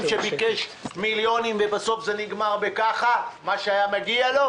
שביקש מיליונים ובסוף זה נגמר ב"ככה" מה שהיה מגיע לו.